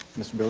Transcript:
mr. bill